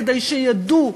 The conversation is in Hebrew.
כדי שידעו,